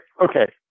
Okay